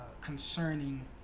concerning